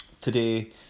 today